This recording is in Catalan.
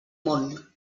món